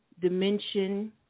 dimension